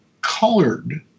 colored